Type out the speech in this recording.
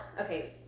okay